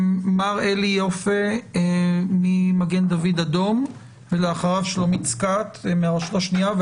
מר אלי יפה ממגן דוד אדום ואחריו שלומית סקאט מהרשות השנייה.